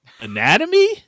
anatomy